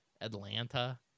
Atlanta